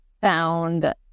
found